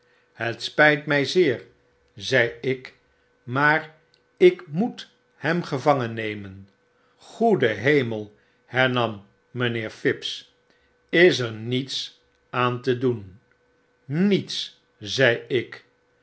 het spyt my zeer zei ik maar ik moethemgevangennemen goede hemel hernam mynheer phibbs is er niets aan te doen niets zei ik